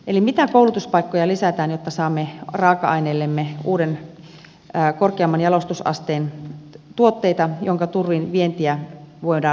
eli mitä koulutuspaikkoja lisätään jotta saamme raaka aineellemme uusia korkeamman jalostusasteen tuotteita joiden turvin vientiä voidaan vauhdittaa